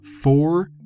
four